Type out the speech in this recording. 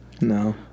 No